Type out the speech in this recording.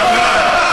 שקרן.